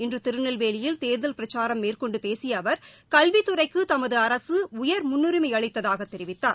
இன்றுதிருநெல்வேலியில் தேர்தல் பிரச்சாரம் மேற்கொண்டுபேசிய அவர் கல்வித்துறைக்குதமதுஅரகஉயர் முன்னுரிமைஅளித்ததாகத் தெரிவித்தார்